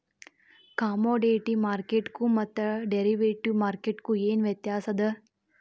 Commodity ಮಾರ್ಕೆಟ್ಗು ಮತ್ತ derivative ಮಾರ್ಕೆಟ್ಗು ಏನ್ ವ್ಯತ್ಯಾಸದ?